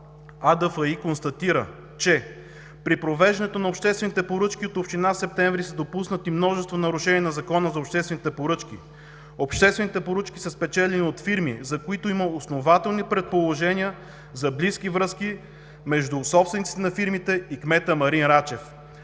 АДФИ констатира, че при провеждането на обществените поръчки от община Септември са допуснати множество нарушения на Закона за обществените поръчки. Обществените поръчки са спечелени от фирми, за които има основателни предположения за близки връзки между собствениците на фирмите и кмета Марин Рачев.